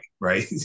right